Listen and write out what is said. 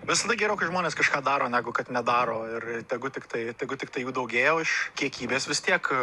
visada geriau kai žmonės kažką daro negu kad nedaro ir tegu tiktai tegu tiktai jų daugėja o iš kiekybės vis tiek